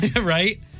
Right